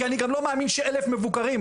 כי אני לא מאמין ש-1,000 מבוקרים.